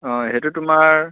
অঁ সেইটো তোমাৰ